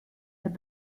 herr